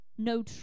no